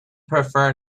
prefer